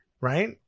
Right